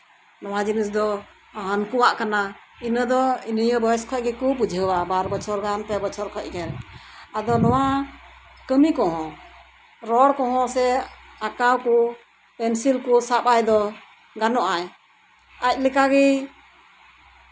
ᱱᱚᱣᱟ ᱡᱤᱱᱤᱥ ᱫᱚ ᱩᱱᱠᱩᱣᱟᱜ ᱠᱟᱱᱟ ᱤᱱᱟᱹ ᱫᱚ ᱱᱤᱭᱟᱹ ᱵᱚᱭᱮᱥ ᱠᱷᱚᱱ ᱜᱮᱠᱚ ᱵᱩᱡᱷᱟᱹᱣᱟ ᱵᱟᱨ ᱵᱚᱪᱷᱚᱨ ᱜᱟᱱ ᱯᱮ ᱵᱚᱪᱷᱚᱨ ᱠᱷᱚᱡᱜᱮ ᱱᱚᱣᱟ ᱠᱟᱹᱢᱤ ᱠᱚ ᱨᱚᱲ ᱠᱚᱸᱦᱚ ᱠᱚ ᱥᱮ ᱟᱸᱠᱟᱣ ᱠᱚ ᱯᱮᱱᱥᱤᱞ ᱠᱚ ᱥᱟᱵ ᱟᱭ ᱫᱚᱭ ᱜᱟᱱᱚᱜᱼᱟ ᱟᱡ ᱞᱮᱠᱟᱜᱮ